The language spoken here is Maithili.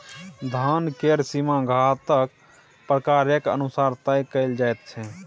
धन केर सीमा खाताक प्रकारेक अनुसार तय कएल जाइत छै